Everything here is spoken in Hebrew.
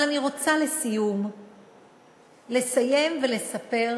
אבל אני רוצה לסיום לסיים ולספר